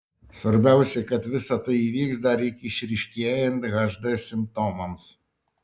svarbiausia kad visa tai įvyks dar iki išryškėjant hd simptomams